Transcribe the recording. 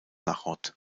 náchod